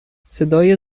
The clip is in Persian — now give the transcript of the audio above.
صدای